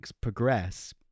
progress